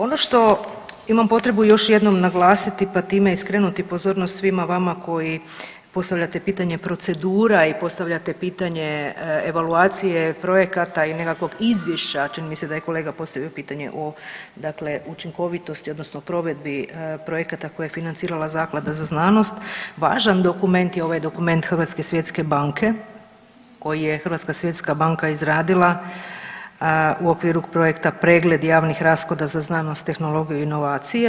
Ono što imam potrebu još jednom naglasiti pa time i skrenuti pozornost svima vama koji postavljate pitanja procedura i postavljate pitanje evaluacije projekata i nekakvog izvješća čini mi se da je kolega postavio pitanje o dakle učinkovitosti odnosno provedbi projekata koje je financirala zaklada za znanost, važan dokument je ovaj dokument Hrvatske svjetske banke, koji je Hrvatska svjetska banka izradila u okviru projekta Pregled javnih rashoda za znanost, tehnologiju, inovacije.